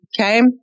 okay